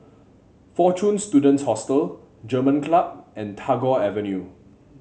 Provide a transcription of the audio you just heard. Fortune Students Hostel German Club and Tagore Avenue